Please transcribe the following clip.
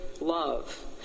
love